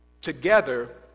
together